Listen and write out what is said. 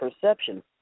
perception